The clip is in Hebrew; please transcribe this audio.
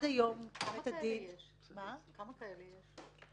כמה כאלה יש?